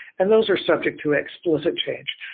and those are subject to explicit change,